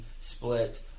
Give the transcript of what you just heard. split